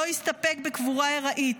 לא הסתפק בקבורה ארעית,